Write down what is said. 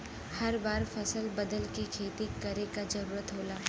हर बार फसल बदल के खेती करे क जरुरत होला